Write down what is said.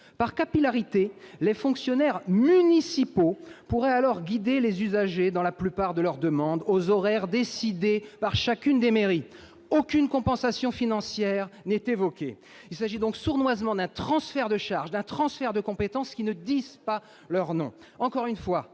Par capillarité, les fonctionnaires municipaux pourraient alors guider les usagers dans la plupart de leurs demandes, aux horaires décidés par chacune des mairies. » Aucune compensation financière n'est évoquée ! Il s'agit donc, sournoisement, d'un transfert de compétences et d'un transfert de charges qui ne disent pas leur nom.